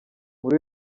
muri